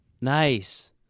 Nice